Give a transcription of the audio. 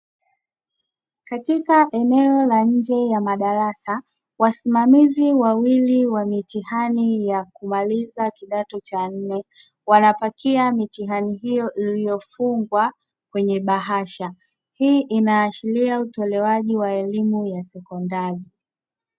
Katika eneo la nje ya madarasa, wasimamizi wawili wa mitihani ya kumaliza kidato cha nne; wanapakia mitihani hiyo iliyofungwa kwenye bahasha. Hii inaashiria utolewaji wa elimu ya sekondari.